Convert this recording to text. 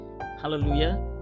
hallelujah